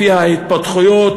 לפי ההתפתחויות,